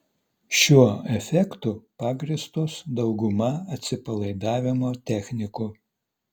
šiuo efektu pagrįstos dauguma atsipalaidavimo technikų